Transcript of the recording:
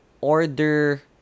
order